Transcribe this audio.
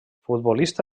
futbolista